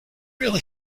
really